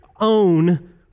own